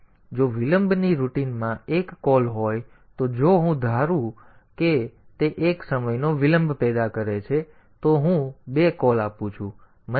જો વિલંબની રૂટિનમાં એક કૉલ હોય તો જો હું ધારું કે તે એક સમયનો વિલંબ પેદા કરે છે તો હું બે કૉલ આપું છું